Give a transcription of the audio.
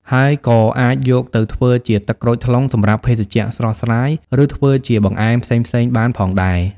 ហើយក៏អាចយកទៅធ្វើជា ទឹកក្រូចថ្លុង សម្រាប់ភេសជ្ជៈស្រស់ស្រាយ ឬធ្វើជាបង្អែមផ្សេងៗបានផងដែរ។